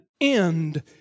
end